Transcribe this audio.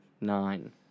nine